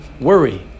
worry